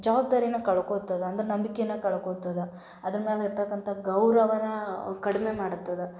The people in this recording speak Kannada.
ಜವಬ್ದಾರಿನ ಕಳ್ಕೊಳ್ತದೆ ಅಂದ್ರೆ ನಂಬಿಕೆನ ಕಳ್ಕೊಳ್ತದ ಅದ್ರ ಮ್ಯಾಲ ಇರ್ತಕ್ಕಂಥ ಗೌರವನ ಕಡಿಮೆ ಮಾಡ್ತದ